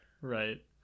right